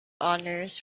honors